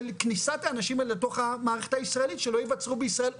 של כניסת אנשים אל תוך המערכת הישראלית שלא ייוצרו בישראל אוטונומיות,